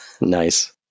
Nice